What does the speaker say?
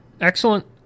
Excellent